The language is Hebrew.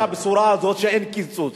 ולקבל את הבשורה הזאת שאין קיצוץ.